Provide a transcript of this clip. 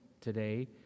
today